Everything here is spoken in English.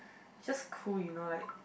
just cool you know like